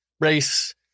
race